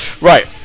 Right